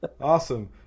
Awesome